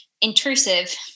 intrusive